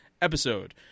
episode